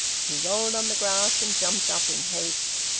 he rolled on the grass and jumped up in haste.